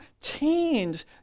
change